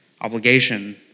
obligation